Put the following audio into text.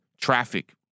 traffic